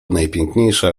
najpiękniejsza